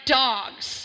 dogs